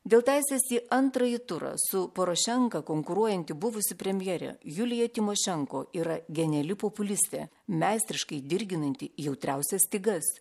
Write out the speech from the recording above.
dėl teisės į antrąjį turą su porošenka konkuruojanti buvusi premjerė julija tymošenko yra geniali populistė meistriškai dirginanti jautriausias stygas